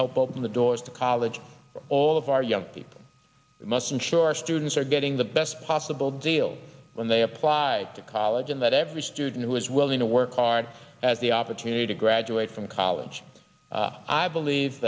help open the doors to college all of our young people must ensure our students are getting the best possible deal when they apply to college and that every student i was willing to work hard at the opportunity to graduate from college i believe